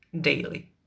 daily